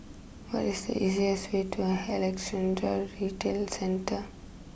what is the easiest way to Alexandra Retail Centre